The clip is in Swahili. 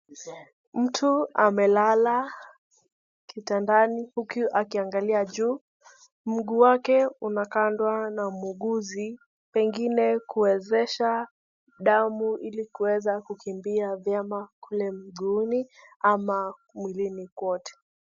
Mtu amelala kitandani huku akiangalia juu. Mguu wake unakandwa na muuguzi pengine kuwezesha damu ili kuweza kukimbia vyema kule mguuni ama mwilini kwote.